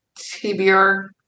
TBR